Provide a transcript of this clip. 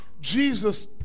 Jesus